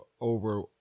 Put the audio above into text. over